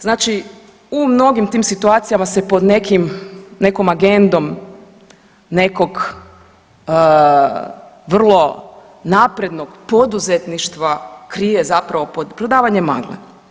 Znači u mnogim tim situacijama se pod nekim, nekom agendom nekog vrlo naprednog poduzetništva krije zapravo prodavanje magle.